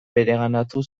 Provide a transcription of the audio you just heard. bereganatu